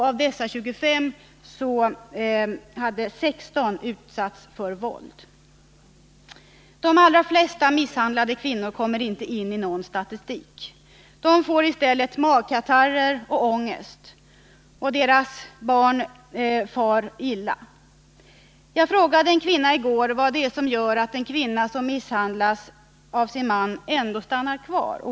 Av dessa 25 hade 16 utsatts för våld. De allra flesta misshandlade kvinnor kommer inte in i någon statistik. De får magkatarrer och ångest, och deras barn far illa. Jag frågade i går en kvinna vad det är som gör att en kvinna som misshandlas av sin man ändå stannar kvar.